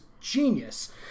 genius